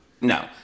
no